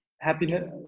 happiness